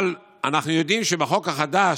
אבל אנחנו יודעים שבחוק החדש,